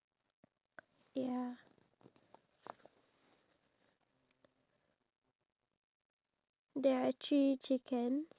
if I were to give a chicken a chicken for him for it to eat is that considered wrong